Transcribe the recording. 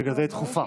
בגלל זה היא דחופה.